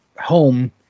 home